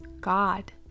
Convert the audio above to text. God